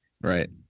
Right